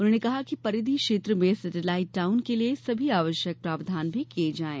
उन्होंने कहा कि परिधि क्षेत्र में सेटेलाइट टाउन के लिये सभी आवश्यक प्रावधान भी किये जायें